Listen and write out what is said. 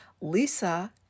lisa